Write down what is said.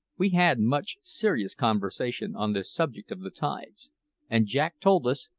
we had much serious conversation on this subject of the tides and jack told us,